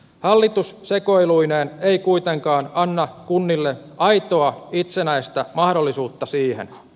hallitus sekoiluineen ei kuitenkaan anna kunnille aitoa itsenäistä mahdollisuutta siihen